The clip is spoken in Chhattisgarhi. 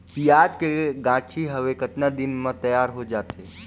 पियाज के गाछी हवे कतना दिन म तैयार हों जा थे?